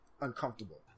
uncomfortable